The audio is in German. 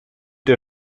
der